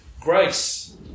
Grace